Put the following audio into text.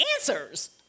answers